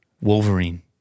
Wolverine